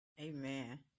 Amen